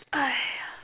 !aiya!